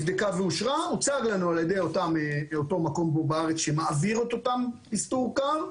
על ידי אותו מקום שמעביר את המחקר על אותו פסטור קר,